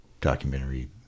documentary